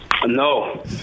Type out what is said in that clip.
No